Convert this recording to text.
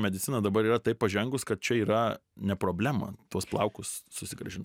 medicina dabar yra taip pažengus kad čia yra ne problema tuos plaukus susigrąžint